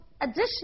additional